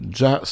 già